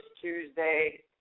Tuesday